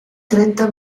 trenta